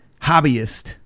hobbyist